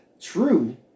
true